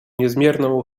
niezmierną